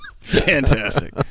Fantastic